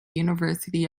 university